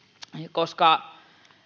koska